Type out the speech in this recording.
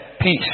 Peace